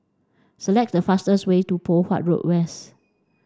select the fastest way to Poh Huat Road West